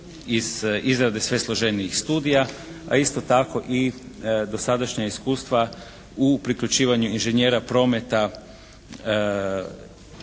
iz izrade sve složenijih studija a isto tako i dosadašnja iskustva u priključivanju inženjera prometa